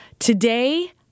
Today